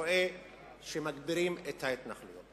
רואה שמגבירים את ההתנחלויות.